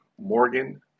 Morgan